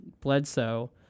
Bledsoe